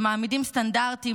שמעמידים סטנדרטים,